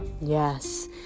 Yes